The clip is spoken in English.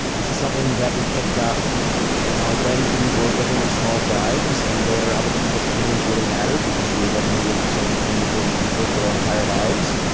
this is something that we picked up well when we were living in small tribes and where other people's opinions really matter because we were living with the same twenty or forty people for their entire lives.